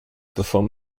perform